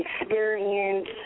experience